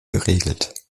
geregelt